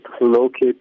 locate